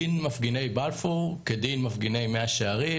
דין מפגיני בלפור כדין מפגיני מאה שערים